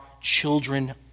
children